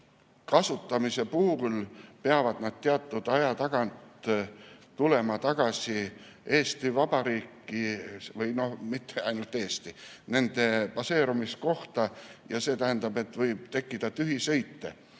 kasutamise puhul peavad nad teatud aja tagant tulema tagasi Eesti Vabariiki. Või mitte ainult Eestisse, vaid baseerumiskohta ja see tähendab, et võib tekkida tühisõite